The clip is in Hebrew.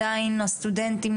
הסטודנטים,